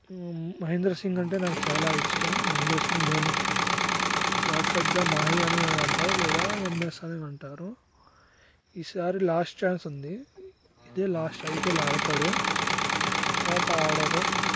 మహీంద్రసింగ్ అంటే నాకు చాలా ఇష్టం మహింద్రసింగ్ ధోని షార్ట్కట్గా మాహి అని అంటారు లేదా యంయస్ఆర్ అంటారు ఈ సారి లాస్ట్ ఛాన్స్ ఉంది ఇదే లాస్ట్ ఐపీఎల్ ఆడతాడు తర్వాత ఆడడు